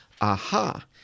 aha